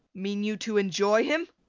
mean you to enjoy him?